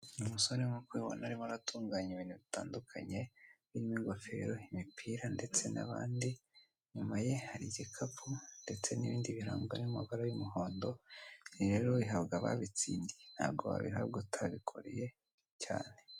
Umusore nkuko ubibona arimo aratunganya ibintu bitandukanye birimo ingofero imipira ndetse n'abandi inyuma ye hari igikapu ndetse n'ibindi birango biri mumabara y'umuhondo ibi rero bihabwa ababitsindiye ntago wabihabwa utabikoreye cyane.